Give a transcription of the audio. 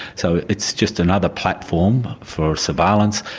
so it's just another platform for surveillance,